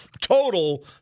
total